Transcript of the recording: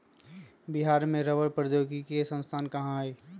बिहार में रबड़ प्रौद्योगिकी के संस्थान कहाँ हई?